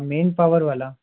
main power वाला